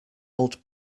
old